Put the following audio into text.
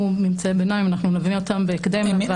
ממצאים ביניים אנחנו נביא אותם בהקדם לוועדה.